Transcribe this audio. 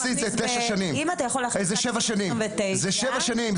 מעשית זה שבע שנים.